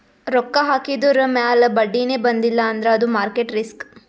ರೊಕ್ಕಾ ಹಾಕಿದುರ್ ಮ್ಯಾಲ ಬಡ್ಡಿನೇ ಬಂದಿಲ್ಲ ಅಂದ್ರ ಅದು ಮಾರ್ಕೆಟ್ ರಿಸ್ಕ್